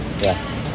Yes